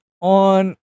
on